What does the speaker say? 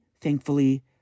thankfully